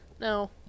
No